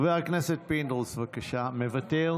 אולי הוא היה נותן ייעוץ ליחסי אוקראינה רוסיה איך להציל תוכים במלחמה.